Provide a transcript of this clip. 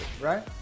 right